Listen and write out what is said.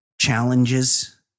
Challenges